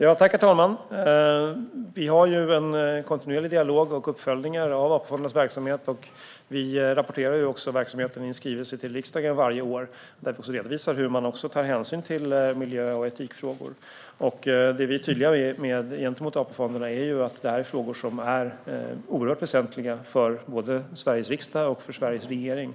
Herr talman! Vi för en kontinuerlig dialog och gör uppföljningar av AP-fondernas verksamhet. Vi rapporterar också verksamheten i en skrivelse till riksdagen varje år där det även redovisas hur man tar hänsyn till miljö och etikfrågor. Det vi är tydliga med gentemot AP-fonderna är att detta är frågor som är oerhört väsentliga för både Sveriges riksdag och Sveriges regering.